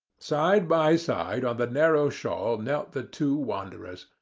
side by side on the narrow shawl knelt the two wanderers,